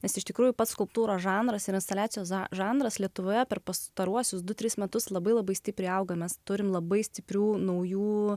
nes iš tikrųjų pats skulptūros žanras yra instaliacijos žanras lietuvoje per pastaruosius du tris metus labai labai stipriai auga mes turime labai stiprių naujų